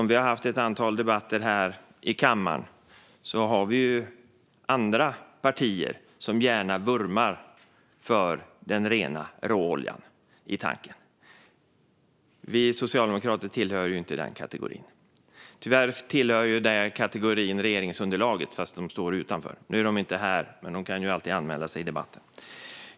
Vi har haft ett antal debatter här i kammaren, och det finns andra partier som gärna vurmar för den rena råoljan i tanken. Vi socialdemokrater hör inte till den kategorin, men det gäller tyvärr en del av regeringsunderlaget, även om de står utanför. Nu är det partiet inte här, men det går alltid att anmäla sig till debatten.